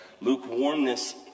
Lukewarmness